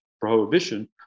prohibition